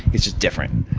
it's just different.